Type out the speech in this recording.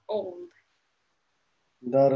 old